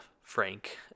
Frank